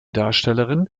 darstellerin